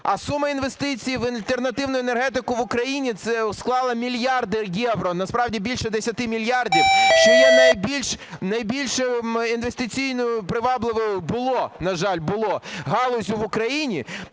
а сума інвестицій в альтернативну енергетику в Україні склала мільярди євро, насправді більше 10 мільярдів, що є найбільш інвестиційно привабливою, було, на жаль, було, галуззю в Україні,